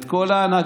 את כל ההנהגה,